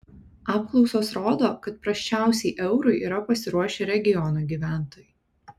apklausos rodo kad prasčiausiai eurui yra pasiruošę regionų gyventojai